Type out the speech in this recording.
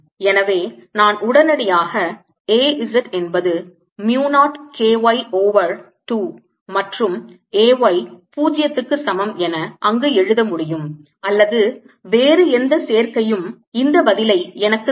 எனவே நான் உடனடியாக A z என்பது mu 0 K y ஓவர் 2 மற்றும் A y 0 க்கு சமம் என அங்கு எழுத முடியும் அல்லது வேறு எந்த சேர்க்கையும் இந்த பதிலை எனக்குத் தரும்